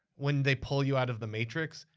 when they pull you out of the matrix,